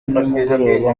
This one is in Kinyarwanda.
nimugoroba